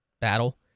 battle